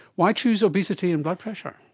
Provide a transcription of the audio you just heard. why choose obesity and blood pressure?